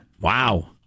Wow